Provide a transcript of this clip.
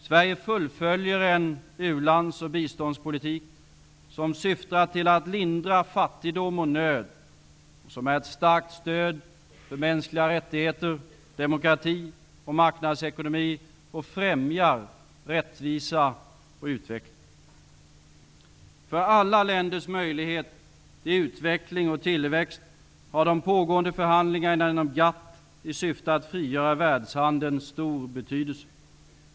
Sverige fullföljer en u-lands och biståndspolitik som syftar till att lindra fattigdom och nöd och som är ett starkt stöd för mänskliga rättigheter, demokrati och marknadsekonomi och främjar rättvisa och utveckling. För alla länders möjlighet till utveckling och tillväxt har de pågående förhandlingarna inom GATT i syfte att frigöra världshandeln stor betydelse.